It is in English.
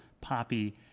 poppy